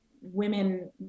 women